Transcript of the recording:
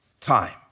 time